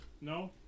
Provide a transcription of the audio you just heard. No